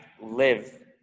live